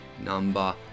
number